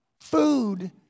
Food